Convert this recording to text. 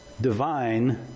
Divine